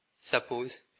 Suppose